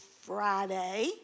Friday